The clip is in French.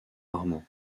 rarement